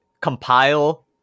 compile